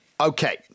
Okay